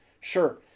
Sure